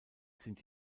sind